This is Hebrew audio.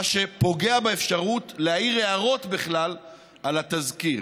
מה שפוגע באפשרות להעיר הערות בכלל על התזכיר: